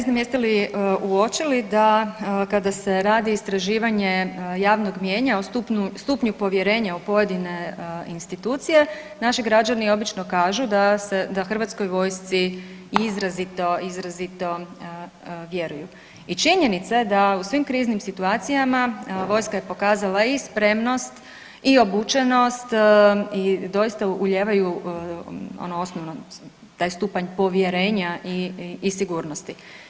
Ne znam jeste li uočili da, kada se radi istraživanje javnog mnijenja o stupnju povjerenja u pojedine institucije, naši građani obično kažu da HV-u izrazito, izrazito vjeruju i činjenica je da u svom kriznim situacijama vojska je pokazala i spremnosti i obučenost i doista ulijevaju ono osnovno, taj stupanj povjerenja i sigurnosti.